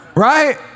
Right